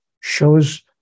shows